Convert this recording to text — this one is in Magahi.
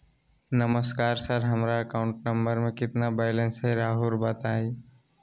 नमस्कार सर हमरा अकाउंट नंबर में कितना बैलेंस हेई राहुर बताई?